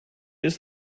ist